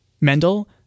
Mendel